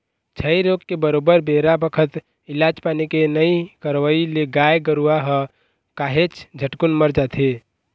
छई रोग के बरोबर बेरा बखत इलाज पानी के नइ करवई ले गाय गरुवा ह काहेच झटकुन मर जाथे